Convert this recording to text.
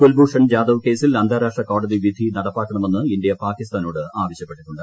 കുൽഭൂഷൺ ജാദവ് കേസിൽ അന്താരാഷ്ട്ര കോടതിവിധി നടപ്പാക്കണമെന്ന് ഇന്ത്യ പാകിസ്ഥാനോട് ആവശ്യപ്പെട്ടിട്ടുണ്ട്